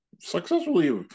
successfully